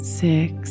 six